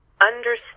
understand